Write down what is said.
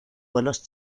vuelos